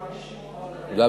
משהו, רבי שמעון בר יוחאי.